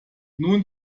nun